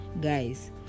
Guys